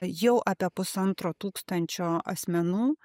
jau apie pusantro tūkstančio asmenų